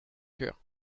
cœur